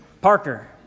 Parker